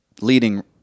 leading